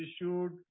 issued